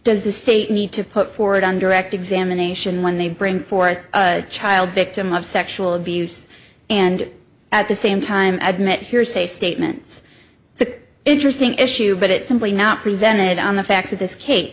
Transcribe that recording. does the state need to put forward on direct examination when they bring forth a child victim of sexual abuse and at the same time admit hearsay statements the interesting issue but it's simply not presented on the facts of this case